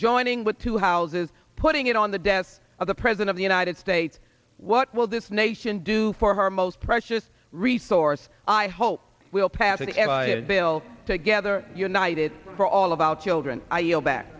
joining with two houses putting it on the desk of the president of the united states what will this nation do for her most precious resource i hope will pass an area bill together united for all of our children i